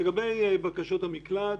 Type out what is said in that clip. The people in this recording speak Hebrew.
לגבי בקשות המקלט,